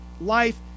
life